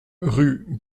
rue